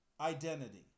identity